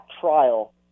trial